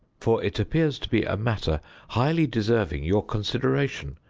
for it appears to be a matter highly deserving your consideration,